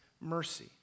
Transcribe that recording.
mercy